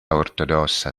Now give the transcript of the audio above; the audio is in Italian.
ortodossa